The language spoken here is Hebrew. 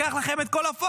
לקח לכם את כל הפוקוס.